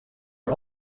are